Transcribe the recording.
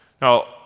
Now